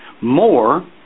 more